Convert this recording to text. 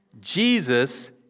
Jesus